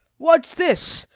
what's this?